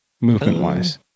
movement-wise